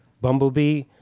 Bumblebee